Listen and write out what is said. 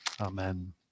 Amen